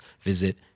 visit